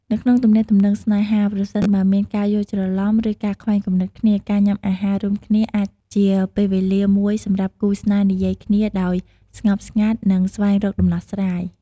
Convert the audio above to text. នៅក្នុងទំនាក់ទំនងស្នេហា ប្រសិនបើមានការយល់ច្រឡំ ឬការខ្វែងគំនិតគ្នា ការញ៉ាំអាហាររួមគ្នាអាចជា ពេលវេលាមួយសម្រាប់គូស្នេហ៍និយាយគ្នាដោយស្ងប់ស្ងាត់ និងស្វែងរកដំណោះស្រាយ។